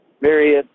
various